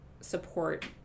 support